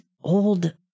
old